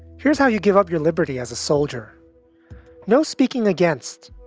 here's how you give up your liberty as a soldier no speaking against,